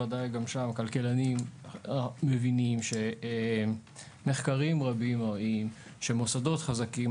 בוודאי גם שאר הכלכלנים מבינים שמחקרים רבים מראים שמוסדות חזקים,